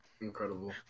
Incredible